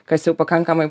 kas jau pakankamai